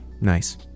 Nice